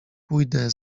pójdę